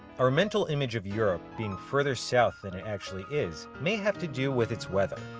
our mental image of europe being further south than it actually is, may have to do with its weather.